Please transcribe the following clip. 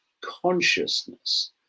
consciousness